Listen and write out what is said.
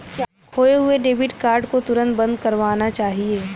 खोये हुए debit card को तुरंत बंद करवाना चाहिए